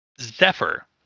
Zephyr